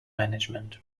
management